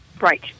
Right